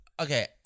okay